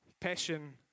Passion